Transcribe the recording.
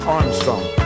Armstrong